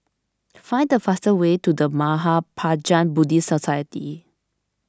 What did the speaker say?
find the fastest way to the Mahaprajna Buddhist Society